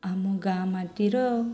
ଆମ ଗାଁ ମାଟିର